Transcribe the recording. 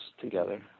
together